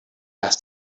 asked